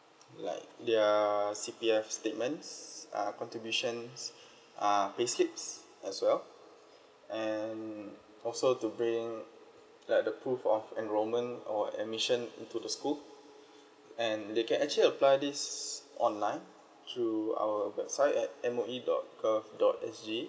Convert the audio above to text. like their C_P_F statements uh contribution uh pay slips as well and also to bring like the proof of enrollment or admission into the school and they can actually apply this online through our website at M_O_E dot curve dot S_G